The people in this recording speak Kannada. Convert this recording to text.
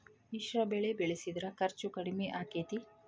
ಮಿಶ್ರ ಬೆಳಿ ಬೆಳಿಸಿದ್ರ ಖರ್ಚು ಕಡಮಿ ಆಕ್ಕೆತಿ?